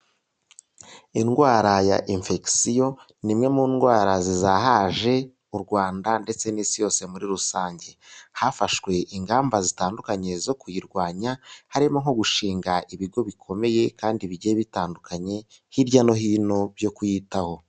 Indwara ya infegisiyo ni imwe mu ndwara zizahaje mu Rwanda ndetse n'isi yose muri rusange, hafashwe ingamba zitandukanye zo kuyirwanya, harimo nko gushinga ibigo bikomeye kandi bigiye bitandukanye, hirya no hino byo kuyitaho.